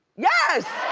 yes!